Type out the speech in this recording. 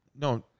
No